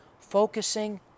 focusing